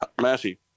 massey